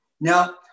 Now